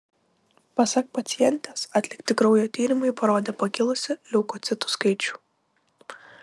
pasak pacientės atlikti kraujo tyrimai parodė pakilusį leukocitų skaičių